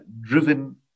driven